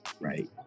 right